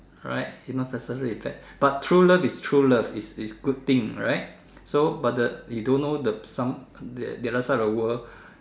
right it not necessary is bad but true love is true love is is good thing right so but the you don't know the some the other side of the world